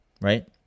right